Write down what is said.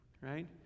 right